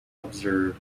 observed